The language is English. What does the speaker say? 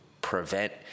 prevent